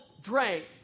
drank